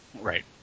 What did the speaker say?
right